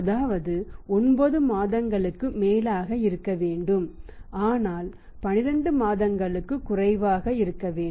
அதாவது இது 9 மாதங்களுக்கும் மேலாக இருக்க வேண்டும் ஆனால் 12 மாதங்களுக்கும் குறைவாக இருக்க வேண்டும்